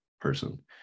person